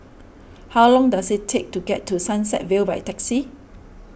how long does it take to get to Sunset Vale by taxi